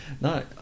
No